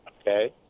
Okay